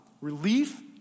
relief